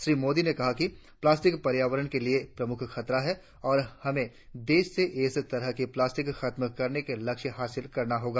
श्री मोदी ने कहा कि प्लास्टिक पर्यावरण के लिए प्रमुख खतरा है और हमे देश से इस तरह की प्लास्टिक खत्म करने का लक्ष्य हासिल करना होगा